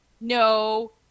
No